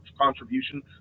contribution